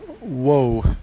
whoa